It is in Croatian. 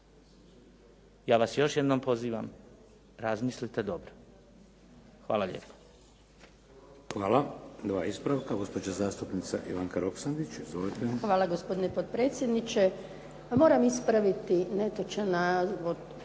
Ja vas još jednom pozivam razmislite dobro. Hvala lijepo.